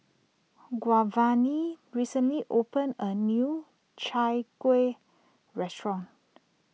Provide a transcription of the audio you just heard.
Giovanni recently opened a new Chai Kuih restaurant